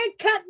cut